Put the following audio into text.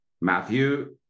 Matthew